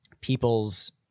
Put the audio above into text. people's